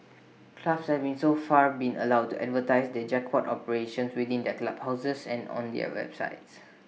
clubs having so far been allowed to advertise their jackpot operations within their clubhouses and on their websites